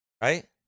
Right